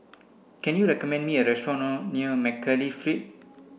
can you recommend me a restaurant nor near Mcnally Street